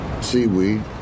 seaweed